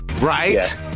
Right